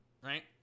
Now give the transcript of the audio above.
Right